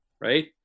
Right